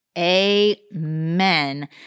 Amen